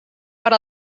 per